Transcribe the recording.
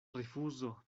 rifuzo